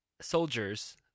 soldiers